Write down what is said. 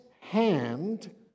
hand